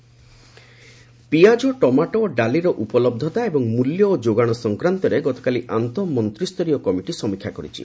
price vegetable ପିଆଜ tomato ଓ ଡାଲିର ଉପଲହ୍ଧତା ଏବଂ ମୂଲ୍ୟ ଓ ଯୋଗାଣ ସଂକ୍ରାନ୍ତରେ ଗତକାଲି ଆନ୍ତଃ ମନ୍ତ୍ରୀ ସ୍ତରୀୟ କମିଟି ସମୀକ୍ଷା କରିଛି